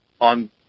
on